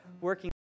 working